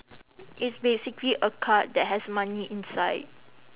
it's basically a card that has money inside